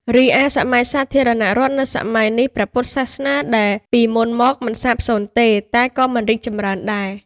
រីឯ សម័យសាធារណរដ្ឋ នៅសម័យនេះ ព្រះពុទ្ធសាសនាដែលពីមុនមកមិនសាបសូន្យទេ តែក៏មិនរីកចម្រើនដែរ ។